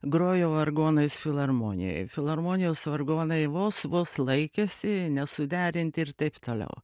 grojo vargonais filharmonijoj filharmonijos vargonai vos vos laikėsi nesuderinti ir taip toliau